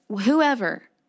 whoever